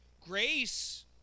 Grace